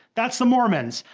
that's the mormons.